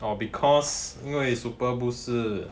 or because 因为 superboost 是